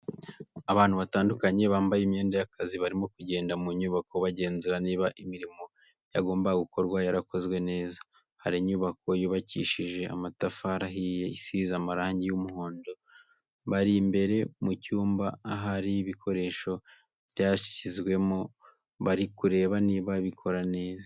Abantu batandukanye bambaye imyenda y'akazi barimo kugenda mu nyubako bagenzura niba imirimo yagombaga gukorwa yarakozwe neza, hari inyubako yubakishije amatafari ahiye isize amarangi y'umuhondo, bari imbere mu cyumba ahari ibikoresho byashyizwemo bari kureba niba bikora neza.